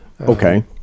okay